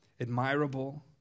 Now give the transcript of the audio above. admirable